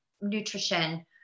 nutrition